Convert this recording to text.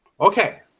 Okay